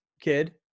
kid